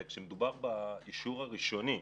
כשמדובר באישור הראשוני,